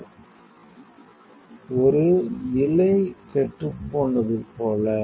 2335 ஒரு இழை கெட்டுப்போனது போல